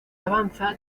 avanza